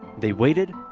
they waited.